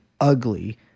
ugly